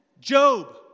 Job